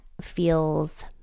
feels